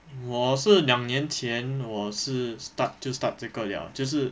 我是两年前我是 start 就 start 这个 liao 就是